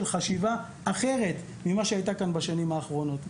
חשיבה אחרת ממה שהייתה כאן בשנים האחרונות.